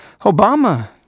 Obama